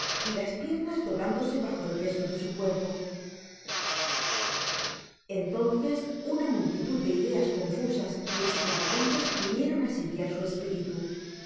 y las piernas doblándose bajo el peso de su cuerpo entonces una multitud de ideas confusas y estravagantes vinieron á sitiar su espiritu